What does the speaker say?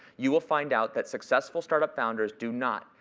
you will find out that successful startup founders do not,